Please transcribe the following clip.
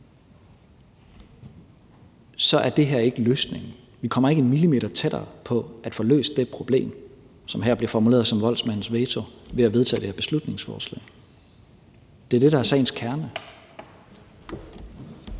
så er det her ikke løsningen. Vi kommer ikke en millimeter tættere på at få løst det problem, som her bliver formuleret som voldsmandens veto, ved at vedtage det her beslutningsforslag. Det er det, der er sagens kerne.